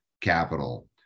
capital